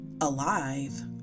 alive